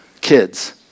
Kids